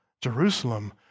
Jerusalem